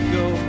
go